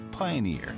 Pioneer